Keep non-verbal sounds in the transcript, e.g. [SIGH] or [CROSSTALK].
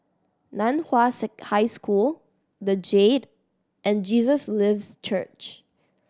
Nan Hua [UNINTELLIGIBLE] High School The Jade and Jesus Lives Church